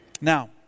Now